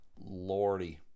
Lordy